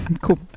cool